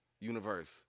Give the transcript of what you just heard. universe